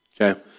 Okay